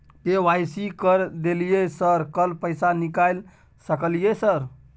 KYC कर दलियै sir कल पैसा निकाल सकलियै सर?